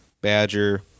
Badger